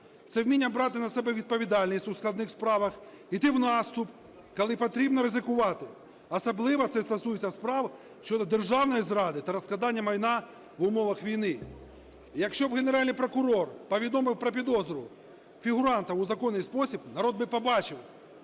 це вміння брати на себе відповідальність у складних справах, йти у наступ, коли потрібно ризикувати, особливо це стосується справ щодо державної зради та розкрадання майна в умовах війни. Якщо б Генеральний прокурор повідомив про підозру фігурантам у законний спосіб, народ би побачив,